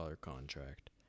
contract